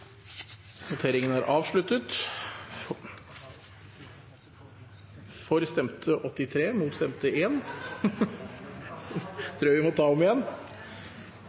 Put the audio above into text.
voteringen tror presidenten vi må ta om igjen.